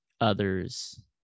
others